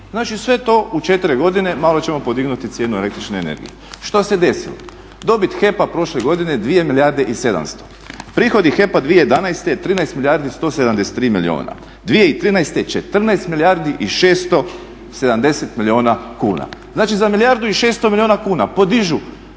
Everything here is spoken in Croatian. Znači sve to u 4 godine, malo ćemo podignuti cijenu električne energije. Što se desilo? Dobit HEP-a prošle godine 2 milijarde i 700, prihodi HEP-a 2011. 13 milijardi 173 milijuna, 2013. 14 milijardi i 670 milijuna kuna. Znači za 1 milijardu i 600 milijuna kuna podižu